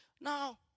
Now